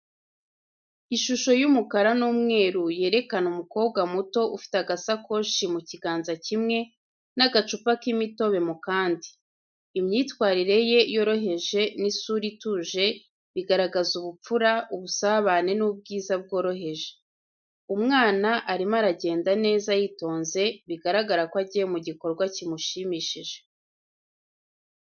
Ishusho y’umukara n’umweru yerekana umukobwa muto ufite agashakoshi mu kiganza kimwe n’agacupa k’imitobe mu kandi. Imyitwarire ye yoroheje n’isura ituje bigaragaza ubupfura, ubusabane n’ubwiza bworoheje. Umwana arimo aragenda neza yitonze, bigaragara ko agiye mu gikorwa kimushimishije.